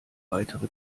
weitere